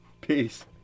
Peace